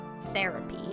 therapy